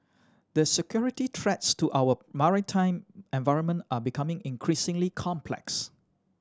the security threats to our maritime environment are becoming increasingly complex